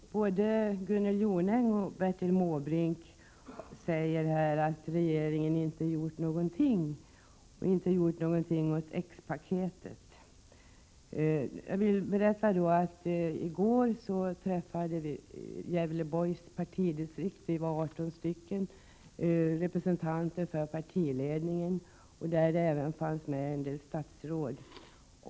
Herr talman! Både Gunnel Jonäng och Bertil Måbrink säger här att regeringen inte gör någonting och att den inte har gjort någonting åt X-paketet. Jag vill berätta att 18 representanter för Gävleborgs partidistrikt i går sammanträffade med partledningen, däribland en del statsråd.